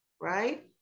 Right